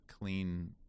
clean